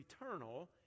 eternal